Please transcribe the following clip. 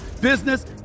business